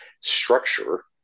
structure